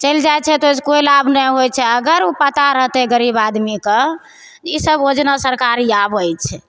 चलि जाइ छै तऽ कोइ लाभ नहि होइ छै अगर ओ पता रहतै गरीब आदमीकेँ ईसब योजना सरकारी आबै छै